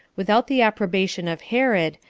without the approbation of herod,